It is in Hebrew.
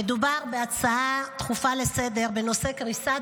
מדובר בהצעה דחופה לסדר-היום בנושא: קריסת